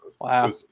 Wow